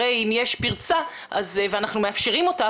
אם יש פרצה ואנחנו ביודעין מאפשרים אותה,